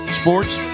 sports